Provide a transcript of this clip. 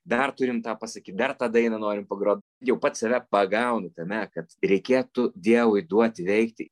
dar turim tą pasakyt dar tą dainą norim pagrot jau pats save pagaunu tame kad reikėtų dievui duoti veikti